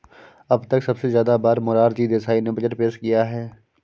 अब तक सबसे ज्यादा बार मोरार जी देसाई ने बजट पेश किया है